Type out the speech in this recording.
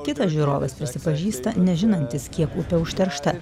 kitas žiūrovas prisipažįsta nežinantis kiek upė užteršta